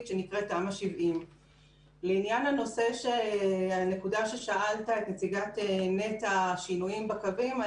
שנקראת תמ"א 70. לשאלתך לנציגת נת"ע לגבי השינויים בקווים.